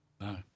No